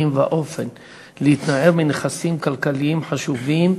ואופן להתנער מנכסים כלכליים חשובים,